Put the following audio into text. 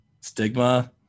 Stigma